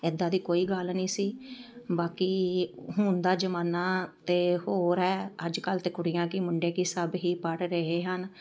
ਇੱਦਾਂ ਦੀ ਕੋਈ ਗੱਲ ਨਹੀਂ ਸੀ ਬਾਕੀ ਹੁਣ ਦਾ ਜ਼ਮਾਨਾ ਤਾਂ ਹੋਰ ਹੈ ਅੱਜ ਕੱਲ੍ਹ ਤਾਂ ਕੁੜੀਆਂ ਕੀ ਮੁੰਡੇ ਕੀ ਸਭ ਹੀ ਪੜ੍ਹ ਰਹੇ ਹਨ